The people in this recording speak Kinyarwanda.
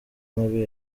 mabi